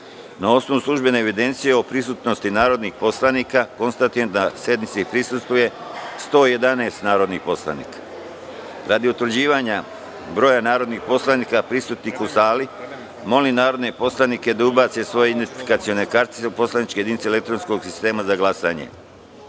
osnovu službene evidencije o prisutnosti narodnih poslanika, konstatujem da sednici prisustvuje 84 narodnih poslanika. Radi utvrđivanja broja narodnih poslanika prisutnih u sali, molim narodne poslanike da ubace svoje identifikacione kartice u poslaničke jedinice elektronskog sistema za